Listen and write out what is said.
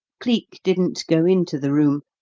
cleek didn't go into the room,